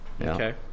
Okay